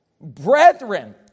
brethren